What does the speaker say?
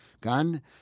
gun